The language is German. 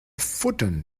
futtern